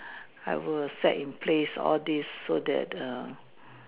I will set in place all this so that err